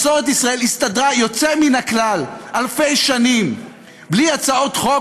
מסורת ישראל הסתדרה יוצא מן הכלל אלפי שנים בלי הצעות חוק